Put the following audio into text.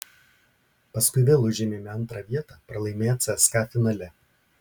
paskui vėl užėmėme antrą vietą pralaimėję cska finale